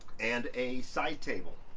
and a side table.